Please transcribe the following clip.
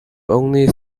only